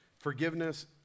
Forgiveness